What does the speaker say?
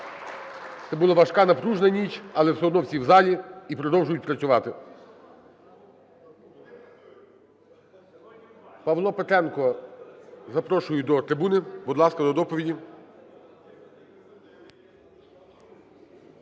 Це була важка, напружена ніч, але все одно всі в залі і продовжують працювати. Павла Петренко запрошую до трибуни. Будь ласка, до доповіді.